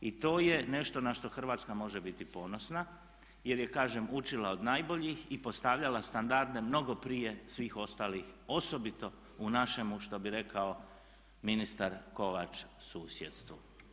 I to je nešto na što Hrvatska može biti ponosna jer je kažem učila od najboljih i postavljala standarde mnogo prije svih ostalih osobito u našemu što bi rekao ministar Kovač susjedstvu.